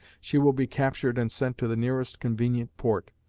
she will be captured and sent to the nearest convenient port,